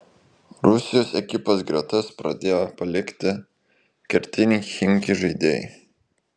rusijos ekipos gretas pradėjo palikti kertiniai chimki žaidėjai